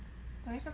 有一个 colleague